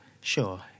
Sure